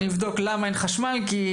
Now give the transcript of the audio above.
אני אבדוק למה אין חשמל,